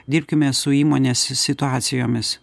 dirbkime su įmonės situacijomis